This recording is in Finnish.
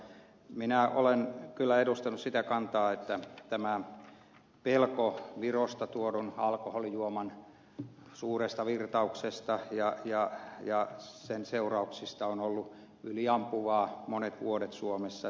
minä olen kyllä edustanut sitä kantaa että pelko virosta tuodun alkoholijuoman suuresta virtauksesta ja sen seurauksista on ollut yliampuvaa monet vuodet suomessa